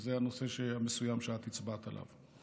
שזה הנושא המסוים שאת הצבעת עליו.